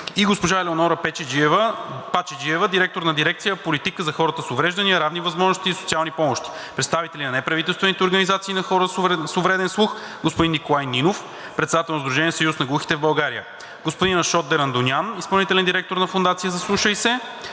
и госпожа Елеонора Пачеджиева – директор на дирекция „Политика за хората с увреждания, равни възможности и социални помощи“; представители на неправителствените организации на хора с увреден слух: господин Николай Нинов – председател на сдружение „Съюз на глухите в България“; господин Ашод Дерандонян – изпълнителен директор на Фондация „Заслушай се“;